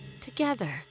together